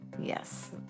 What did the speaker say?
Yes